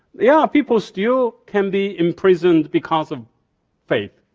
yeah, people still can be imprisoned because of faith.